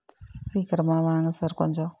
சீக்கிரமா வாங்க சார் கொஞ்சம்